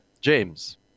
James